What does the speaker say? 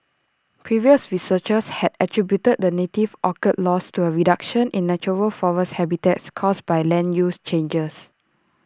previous researchers had attributed the native orchid's loss to A reduction in natural forest habitats caused by land use changes